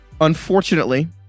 unfortunately